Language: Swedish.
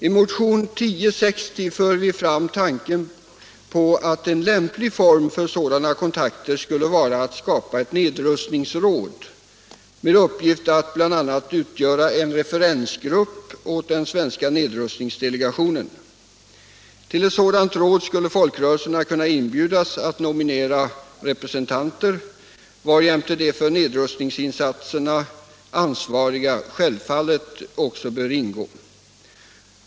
I motionen 1060 för vi fram tanken att en lämplig form för sådana kontakter kunde vara skapandet av ett nedrustningsråd med uppgift bl.a. att utgöra en referensgrupp åt den svenska nedrustningsdelegationen. Till ett sådant råd skulle folkrörelserna kunna inbjudas att nominera representanter, varjämte de för nedrustningsinsatserna ansvariga självfallet borde ingå.